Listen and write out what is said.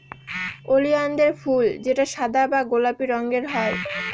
ওলিয়ানদের ফুল যেটা সাদা বা গোলাপি রঙের হয়